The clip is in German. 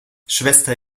schwester